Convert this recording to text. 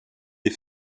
des